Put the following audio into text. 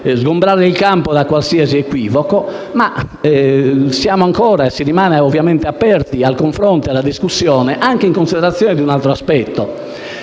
sgombrare il campo da qualsiasi equivoco. Ma si rimane ovviamente aperti al confronto e alla discussione anche in considerazione di un altro aspetto: